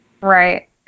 Right